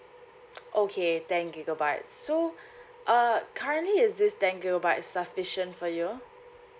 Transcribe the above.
okay ten gigabyte so uh currently is this ten gigabyte sufficient for you